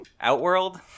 outworld